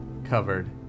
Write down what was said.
Covered